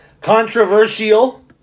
Controversial